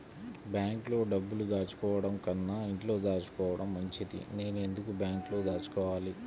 బ్యాంక్లో డబ్బులు దాచుకోవటంకన్నా ఇంట్లో దాచుకోవటం మంచిది నేను ఎందుకు బ్యాంక్లో దాచుకోవాలి?